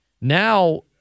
Now